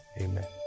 amen